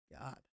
God